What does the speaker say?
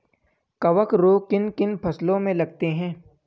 कवक रोग किन किन फसलों में लगते हैं?